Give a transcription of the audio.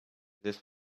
this